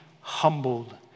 humbled